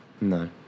No